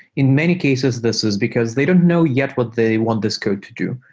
in many cases this is because they don't know yet what they want this code to do.